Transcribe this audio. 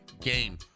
game